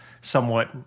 somewhat